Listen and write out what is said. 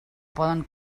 poden